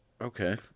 Okay